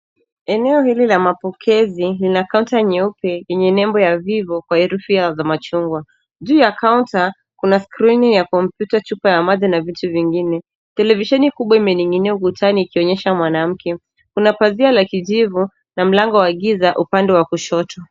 Eneo hili la mapokezi lina kaunta nyeupe yenye nembo la cs[vivo]cs Kwa herufi za machungwa. Juu ya kaunta kuna skrini ya kompyuta,.chupa ya maji na vitu vingine. Televisheni kubwa imening'inia ukutani ikionyesha mwanamke. Kuna pazia la kijivu na mlango wa kiza upande wa kushoto.